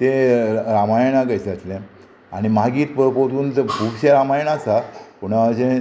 तें रामायणांक जातलें आनी मागीर परतून खुबशें रामायण आसा पूण अशें